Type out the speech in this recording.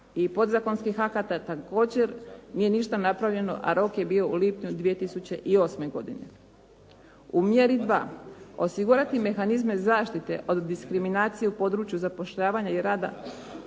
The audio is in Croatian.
i podzakonskih akata također nije ništa napravljeno, a rok je bio u lipnju 2008. godine. U mjeri 2 osigurati mehanizme zaštite od diskriminacije u području zapošljavanja i rada